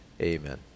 amen